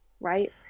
right